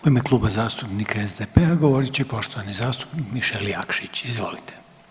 U ime Kluba zastupnika SDP-a govorit će poštovani zastupnik Mišel Jakšić, izvolite.